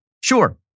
Sure